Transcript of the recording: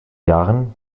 jahren